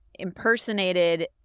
impersonated